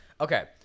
okay